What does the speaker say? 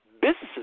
Businesses